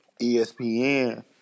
ESPN